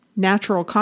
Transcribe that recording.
natural